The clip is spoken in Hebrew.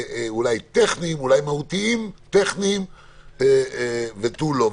מהותיים טכניים ותו לא.